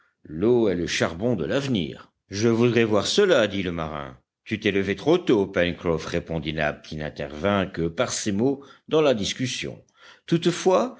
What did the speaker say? l'eau est le charbon de l'avenir je voudrais voir cela dit le marin tu t'es levé trop tôt pencroff répondit nab qui n'intervint que par ces mots dans la discussion toutefois